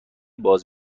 باز